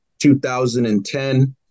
2010